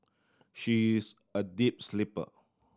she is a deep sleeper